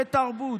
ותרבות,